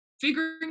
figuring